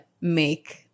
make